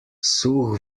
suh